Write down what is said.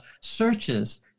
searches